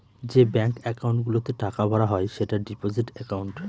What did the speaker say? যে bank account গুলোতে টাকা ভরা হয় সেটা ডিপোজিট একাউন্ট